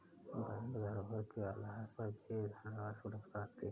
bank धरोहर के आधार पर भी धनराशि उपलब्ध कराती है